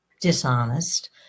dishonest